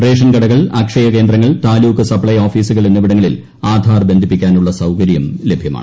റേഷൻകടകൾ അക്ഷയകേന്ദ്രങ്ങൾ താലൂക്ക് സപ്ലൈ ഓഫീസുകൾ എന്നിവിടങ്ങളിൽ ആധാർ ബന്ധിപ്പിക്കാനുള്ള സൌകര്യം ലഭ്യമാണ്